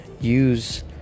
use